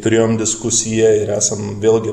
turėjom diskusiją ir esam vėlgi